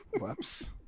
whoops